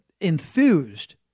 Enthused